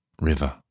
River